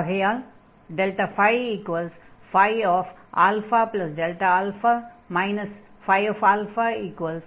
ஆகையால் ΔΦ α u1αu2αfxαdx u1u2fxαdx